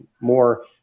more